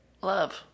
Love